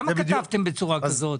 למה כתבתם את זה בצורה כזו?